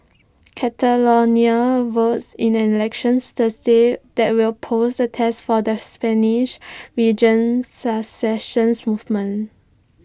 Catalonia votes in an election Thursday that will pose A test for the Spanish region's secession movement